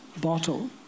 bottle